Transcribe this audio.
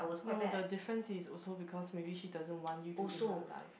no the difference is also because maybe she doesn't want you to in her life